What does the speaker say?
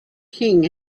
king